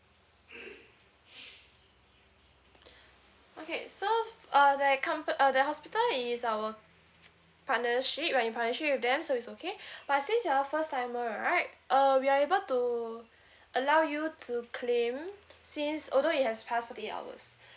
okay so f~ uh there uh the hospital is our partnership we are in partnership with them so it's okay but since you're a first timer right uh we are able to allow you to claim since although it has passed forty eight hours